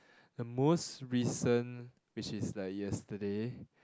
the most recent which is like yesterday